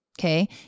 Okay